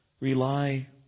Rely